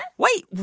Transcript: and wait.